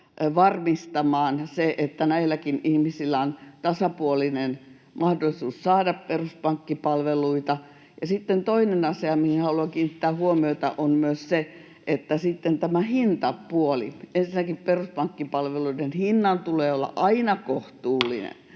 varmistamaan se, että näilläkin ihmisillä on tasapuolinen mahdollisuus saada peruspankkipalveluita. Sitten toinen asia, mihin haluan kiinnittää huomiota, on hintapuoli. Ensinnäkin peruspankkipalveluiden hinnan tulee olla aina kohtuullinen,